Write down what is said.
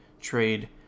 trade